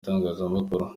itangazamakuru